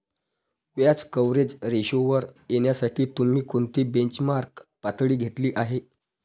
व्याज कव्हरेज रेशोवर येण्यासाठी तुम्ही कोणती बेंचमार्क पातळी घेतली आहे?